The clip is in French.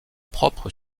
propre